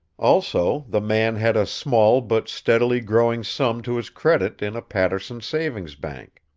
also the man had a small but steadily growing sum to his credit in a paterson savings bank.